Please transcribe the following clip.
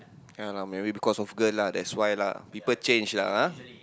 ya lah maybe because of girl lah that's why lah people change lah ah